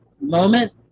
moment